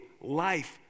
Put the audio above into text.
life